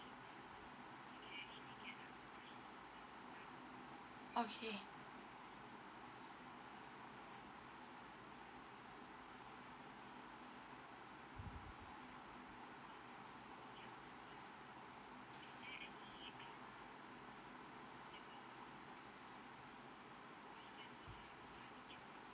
okay